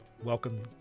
welcome